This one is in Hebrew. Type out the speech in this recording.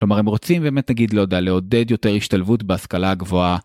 כלומר, הם רוצים באמת, נגיד, לעודד יותר השתלבות בהשכלה הגבוהה.